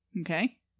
Okay